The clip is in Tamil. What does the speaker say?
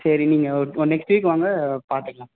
சரி நீங்கள் ஒரு ஒரு நெக்ஸ்ட் வீக் வாங்க பார்த்துக்கலாம்